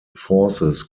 forces